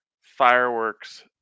fireworks